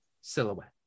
silhouette